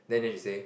then then she say